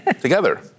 together